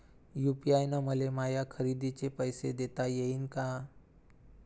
UPI न मले माया खरेदीचे पैसे देता येईन का?